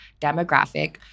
demographic